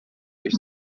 peix